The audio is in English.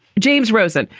james rosen.